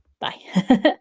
Bye